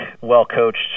well-coached